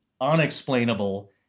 unexplainable